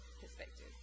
perspective